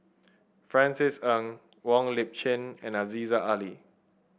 Francis Ng Wong Lip Chin and Aziza Ali